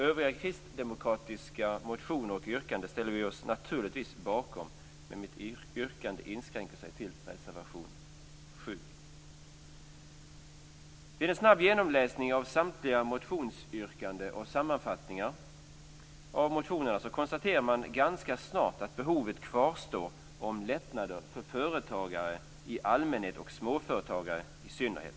Övriga kristdemokratiska motioner och yrkanden ställer vi oss naturligtvis bakom, men mitt yrkande inskränker sig till reservation 7. Vid en snabb genomläsning av samtliga motionsyrkanden och sammanfattningar av motionerna konstaterar jag ganska snart att behovet kvarstår av lättnader för företagare i allmänhet och småföretagare i synnerhet.